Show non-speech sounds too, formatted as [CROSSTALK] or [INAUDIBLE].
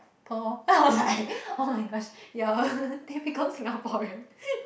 pearl lor [LAUGHS] then I was like [oh]-my-gosh you are a typical Singaporean